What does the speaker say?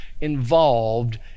involved